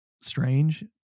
strange